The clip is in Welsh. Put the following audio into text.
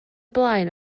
blaen